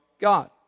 God